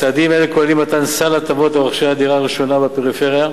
צעדים אלה כוללים מתן סל הטבות לרוכשי דירה ראשונה בפריפריה,